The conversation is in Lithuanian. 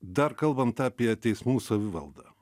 dar kalbant apie teismų savivaldą